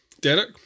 Derek